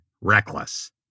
reckless